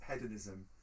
hedonism